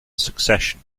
succession